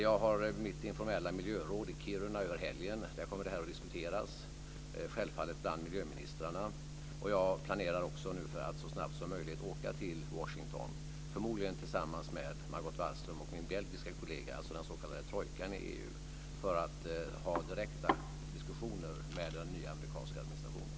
Jag har mitt informella miljöråd i Kiruna över helgen. Där kommer detta självfallet att diskuteras bland miljöministrarna. Jag planerar för att så snabbt som möjligt åka till Washington, förmodligen tillsammans med Margot Wallström och min belgiske kollega, den s.k. trojkan i EU, för att ha direkta diskussioner med den nya amerikanska administrationen.